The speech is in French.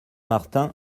martin